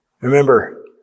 Remember